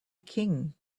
king